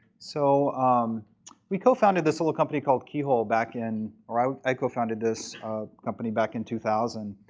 so um we co-founded this little company called keyhole back in, or i like i co-founded this company back in two thousand.